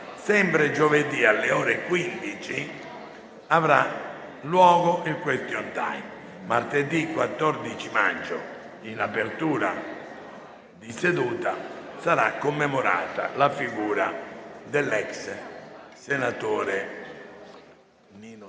maggio, alle ore 15, avrà luogo il *question time.* Martedì 14 maggio, in apertura di seduta, sarà commemorata la figura dell'ex senatore Nino